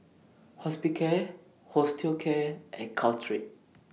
Hospicare Osteocare and Caltrate